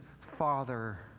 father